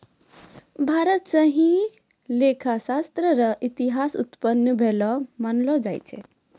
भारत स ही लेखा शास्त्र र इतिहास उत्पन्न भेलो मानलो जाय छै